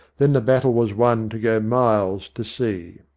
then the battle was one to go miles to see.